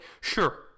sure